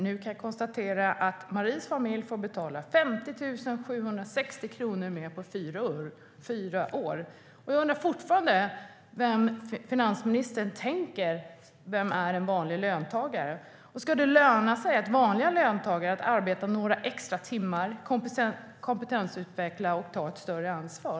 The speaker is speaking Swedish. Nu kan jag konstatera att Maries familj får betala 50 760 kronor mer på fyra år. Jag undrar fortfarande vem finansministern anser vara en vanlig löntagare. Ska det löna sig för vanliga löntagare att arbeta några extra timmar, kompetensutveckla sig och ta ett större ansvar?